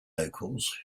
locals